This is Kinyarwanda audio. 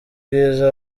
bwiza